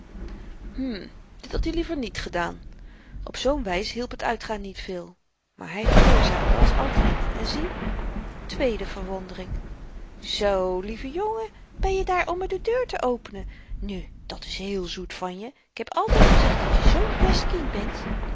hm dit had i liever niet gedaan op zoo'n wys hielp t uitgaan niet veel maar hy gehoorzaamde als altyd en zie tweede verwondering zoo lieve jongen ben je daar om me de deur te openen nu dat is heel zoet van je ik heb altyd gezegd dat je zoo'n best kind bent